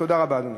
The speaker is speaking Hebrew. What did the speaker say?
תודה רבה, אדוני.